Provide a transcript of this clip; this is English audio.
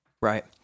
Right